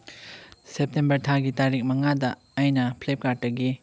September ꯊꯥꯒꯤ ꯇꯥꯔꯤꯛ ꯃꯉꯥꯗ ꯑꯩꯅ ꯐ꯭ꯂꯤꯞꯀꯥꯔꯠꯇꯒꯤ